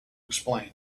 explain